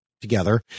together